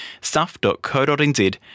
stuff.co.nz